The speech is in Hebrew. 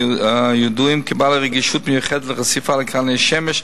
הידועים כבעלי רגישות מיוחדת לחשיפה לקרני השמש,